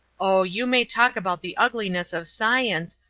oh! you may talk about the ugliness of science,